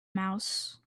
mouse